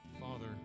Father